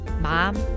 mom